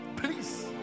Please